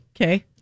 Okay